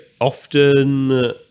often